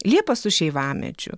liepa su šeivamedžiu